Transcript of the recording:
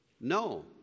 no